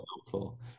helpful